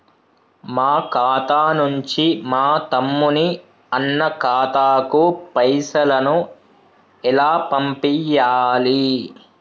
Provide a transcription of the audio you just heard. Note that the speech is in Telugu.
మా ఖాతా నుంచి మా తమ్ముని, అన్న ఖాతాకు పైసలను ఎలా పంపియ్యాలి?